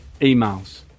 emails